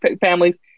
families